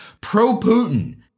pro-Putin